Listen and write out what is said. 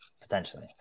potentially